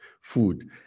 food